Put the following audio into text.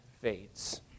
fades